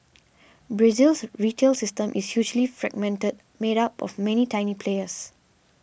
Brazil's retail system is hugely fragmented made up of many tiny players